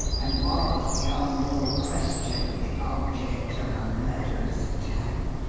and was beyond all question the object of a murderous attack.